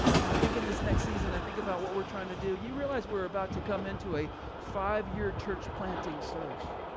and i think in this next season, i think about what we're trying to do, you realize we're about to come into a five-year church planting surge?